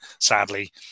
sadly